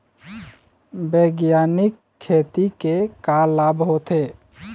बैग्यानिक खेती के का लाभ होथे?